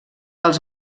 els